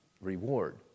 reward